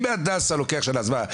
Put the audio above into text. אם בהדסה לוקח שנה אז מה,